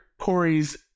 Corey's